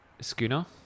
schooner